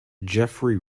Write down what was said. jeffery